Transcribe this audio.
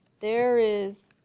there is